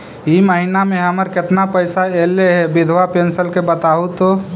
इ महिना मे हमर केतना पैसा ऐले हे बिधबा पेंसन के बताहु तो?